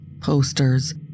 posters